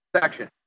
section